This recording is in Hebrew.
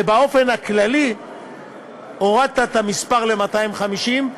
ובאופן הכללי הורדת את המספר ל-250,000.